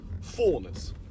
fullness